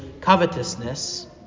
covetousness